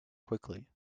quickly